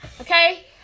Okay